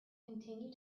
continue